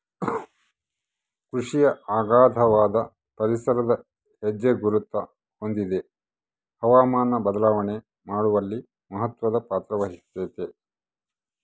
ಕೃಷಿಯು ಅಗಾಧವಾದ ಪರಿಸರದ ಹೆಜ್ಜೆಗುರುತ ಹೊಂದಿದೆ ಹವಾಮಾನ ಬದಲಾವಣೆ ಮಾಡುವಲ್ಲಿ ಮಹತ್ವದ ಪಾತ್ರವಹಿಸೆತೆ